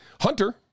Hunter